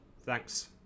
Thanks